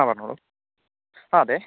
ആ പറഞ്ഞോളു ആ അതെ